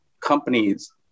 companies